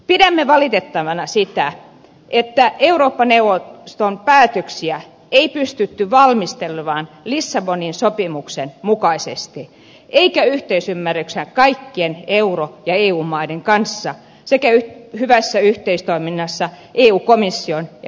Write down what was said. pidämme valitettavana sitä että eurooppa neuvoston päätöksiä ei pystytty valmistelemaan lissabonin sopimuksen mukaisesti eikä yhteisymmärryksessä kaikkien euro ja eu maiden kanssa sekä hyvässä yhteistoiminnassa eu komission ja ministerineuvoston kesken